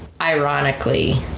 ironically